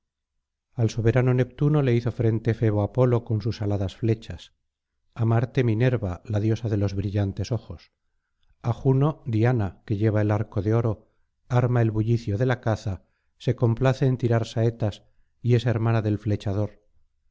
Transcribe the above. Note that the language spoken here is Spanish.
al soberano neptuno le hizo frente febo apolo con sus aladas flechas á marte minerva la diosa de los brillantes ojos á juno diana que lleva arco de oro ama el bullicio de la caza se complace en tirar saetas y es hermana del flechador